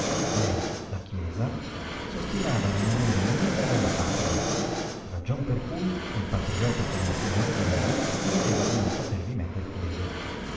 lei la chiesa s'ostinava a rimanere nemica della patria ragion per cui un patriota come il signor greli credeva di non potervi metter piede